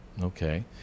Okay